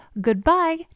goodbye